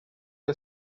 the